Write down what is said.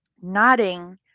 Nodding